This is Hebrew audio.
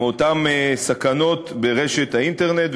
מאותן סכנות באינטרנט.